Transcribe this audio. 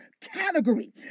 category